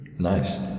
Nice